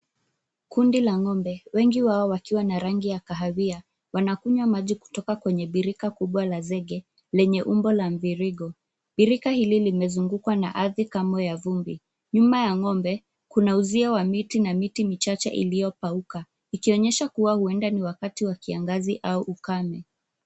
Kundi la ng'ombe, wengi wao wakiwa na rangi ya kahawia wanakunywa maji kutoka kwenye birika kubwa la zege lenye umbo la mviringo. Birika hili limezungukwa na ardhi kamwe ya vumbi. Nyuma ya ng'ombe kuna uzio wa miti na miti michache iliyokauka ikionyesha kuwa huenda ni wakati wa kiangazi au ukame.